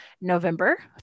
November